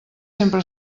sempre